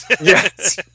Yes